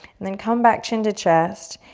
and then come back chin to chest,